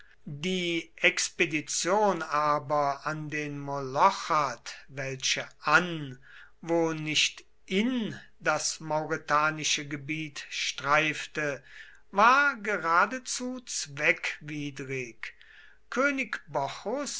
die expedition aber an den molochath welche an wo nicht in das mauretanische gebiet streifte war geradezu